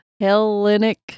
Hellenic